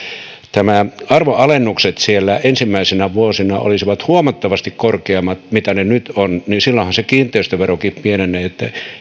nämä arvonalennukset siellä ensimmäisinä vuosina olisivat huomattavasti korkeammat kuin mitä ne nyt ovat silloinhan se kiinteistöverokin pienenee